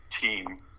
team